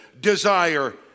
desire